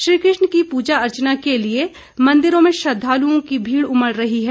श्रीकृष्ण की पूजा अर्चना के लिए मंदिरों में श्रद्वालुओं की भीड़ उमड़ रही है